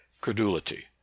credulity